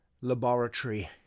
laboratory